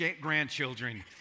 grandchildren